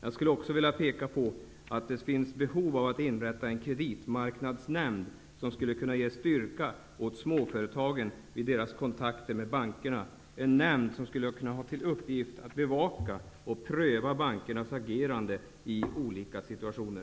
Jag vill också peka på att det finns behov av att tillsätta en kreditmarknadsnämnd, som skulle kunna ge styrka åt småföretagen i deras kontakter med bankerna, en nämnd som skulle kunna ha till uppgift att bevaka och pröva bankernas agerande i olika situationer.